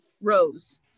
Rose